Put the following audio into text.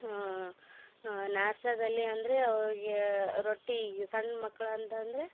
ನಾಷ್ಟದಲ್ಲಿ ಅಂದರೆ ಅವರಿಗೆ ರೊಟ್ಟಿ ಸಣ್ಣ್ ಮಕ್ಕಳು ಅಂತಂದರೆ